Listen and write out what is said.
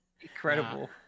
incredible